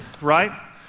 right